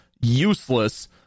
useless